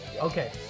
okay